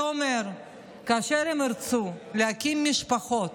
זה אומר שכאשר הם ירצו להקים משפחות,